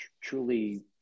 truly